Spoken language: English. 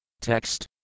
Text